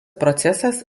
procesas